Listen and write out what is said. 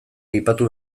aipatu